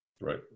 right